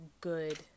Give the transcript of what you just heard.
good